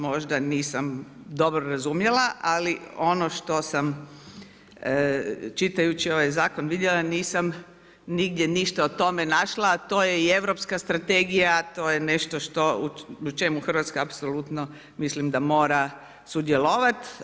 Možda nisam dobro razumjela, ali ono što sam čitajući ovaj Zakon vidjela, nisam nigdje ništa o tome našla, a to je i europska strategija, to je nešto što u čemu Hrvatska apsolutno mislim da mora sudjelovati.